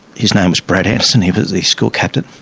his name was brad house and he was the school captain,